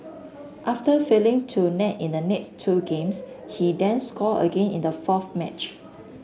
after failing to net in the next two games he then scored again in the fourth match